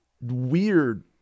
weird